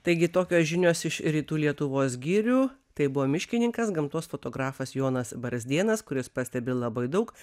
taigi tokios žinios iš rytų lietuvos girių tai buvo miškininkas gamtos fotografas jonas barzdėnas kuris pastebi labai daug